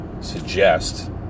suggest